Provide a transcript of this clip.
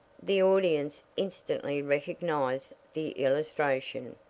the audience instantly recognized the illustration,